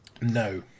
No